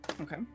Okay